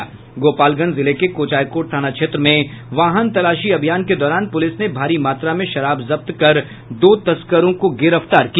गोपालगंज जिले के कोचायकोट थाना क्षेत्र में वाहन तलाशी अभियान के दौरान पुलिस ने भारी मात्रा में शराब जब्त कर दो तस्करों को गिरफ्तार किया